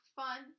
fun